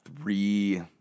three